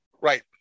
Right